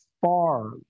far